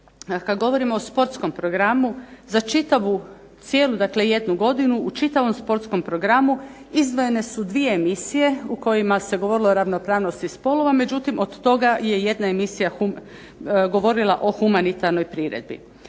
Kada govorimo o sportskom programu za čitavu jednu cijelu godinu, u čitavom sportskom programu izdvojene su dvije emisije u kojima se govorilo o ravnopravnosti spolova međutim, od toga je jedna emisija govorila o humanitarnoj priredbi.